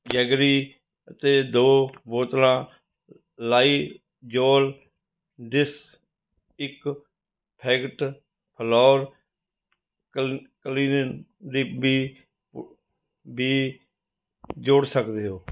jaggery ਤੇ ਦੋ ਬੋਤਲਾਂ ਲਾਇਜ਼ੋਲ ਡਿਸ ਇਕ ਫੈਕਟਫਲੋਰ ਵੀ ਜੋੜ ਸਕਦੇ ਹੋ